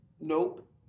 Nope